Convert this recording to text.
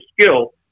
skill